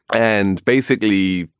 and basically,